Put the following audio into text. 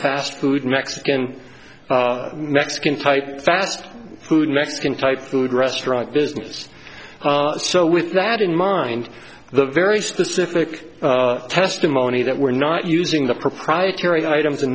fast food mexican mexican type fast food mexican type food restaurant business so with that in mind the very specific testimony that we're not using the proprietary items and